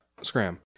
Scram